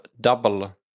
double